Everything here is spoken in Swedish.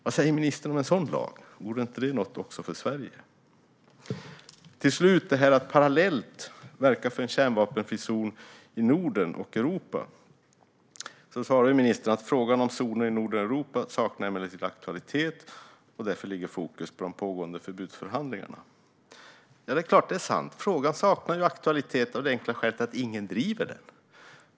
Vad säger ministern om en sådan lag? Vore inte det något också för Sverige? Vad gäller det här med att parallellt verka för en kärnvapenfri zon i Norden och Europa svarar ministern: "Frågan om zoner i Norden eller Europa saknar emellertid aktualitet och regeringens fokus ligger därför på de pågående förbudsförhandlingarna." Det är självklart sant. Men frågan saknar aktualitet av den enkla orsaken att ingen driver den.